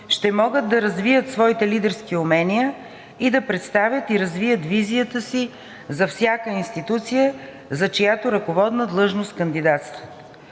ще могат да развият своите лидерски умения и да представят и развият визията си за всяка институция, за чиято ръководна длъжност кандидатстват.